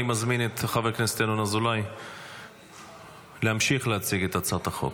אני מזמין את חבר הכנסת ינון אזולאי להמשיך להציג את הצעת החוק.